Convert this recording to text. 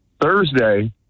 Thursday